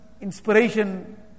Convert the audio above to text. inspiration